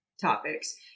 topics